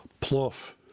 pluff